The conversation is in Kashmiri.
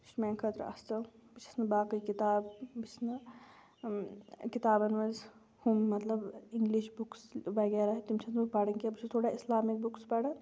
سُہ چھُ میانہِ خٲطرٕ اَصٕل بہٕ چھَس نہٕ باقٕے کِتاب بہٕ چھَس نہٕ کتابن منٛز ہُم مطلب انگلش بُکٕس وغیرہ تِم چھس نہٕ بہٕ پران کینٛہہ بہٕ چھس تھوڑا اسلامِک بُکٕس پران